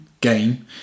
game